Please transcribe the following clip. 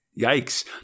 Yikes